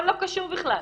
או לא קשור בכלל,